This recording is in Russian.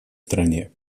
стране